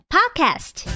Podcast，